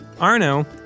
Arno